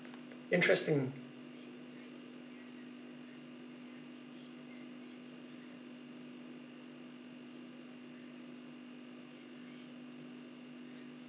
interesting